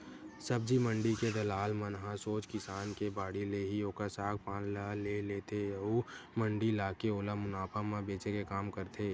सब्जी मंडी के दलाल मन ह सोझ किसान के बाड़ी ले ही ओखर साग पान ल ले लेथे अउ मंडी लाके ओला मुनाफा म बेंचे के काम करथे